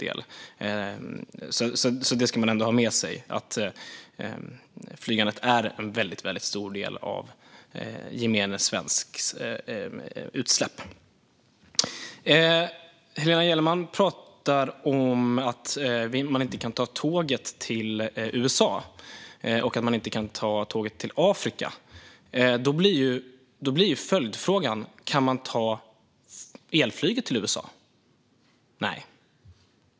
Man ska ha med sig att flygandet är en väldigt stor del av gemene svensks utsläpp. Helena Gellerman talar om att det inte går att ta tåget till USA eller Afrika. Då blir följdfrågan: Kan man ta elflyget till USA? Nej.